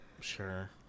Sure